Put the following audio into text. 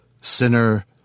sinner